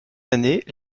années